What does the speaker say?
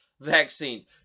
vaccines